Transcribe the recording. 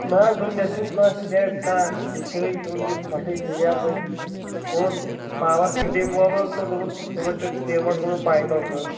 نہ حظ دوٚپُن یتھ چھُنہٕ کانہہ سِلیپ کانہہ ہِشرٕے دوٚپُن یہِ چھِ کھۄٹھٕے سِلیپٕے اوٚن پارو فِٹنگ وول اوٚن تہٕ دوٚپُن یمن چھُ سیٖمٹ گوٚمُت پایپن منٛز